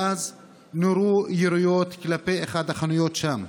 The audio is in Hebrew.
ואז נורו יריות כלפי אחת החנויות שם.